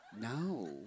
No